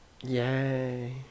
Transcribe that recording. yay